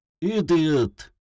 Idiot